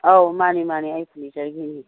ꯑꯧ ꯃꯥꯅꯤ ꯃꯥꯅꯤ ꯑꯩ ꯐꯔꯅꯤꯆꯔꯒꯤ ꯃꯤ